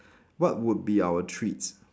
what would be our treats